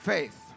Faith